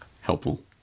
helpful